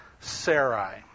Sarai